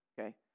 okay